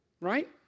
Right